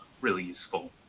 really useful